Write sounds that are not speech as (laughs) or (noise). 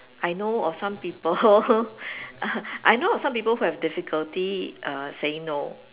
I know of some people (laughs) I know of some people who have difficulty err saying no